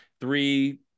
three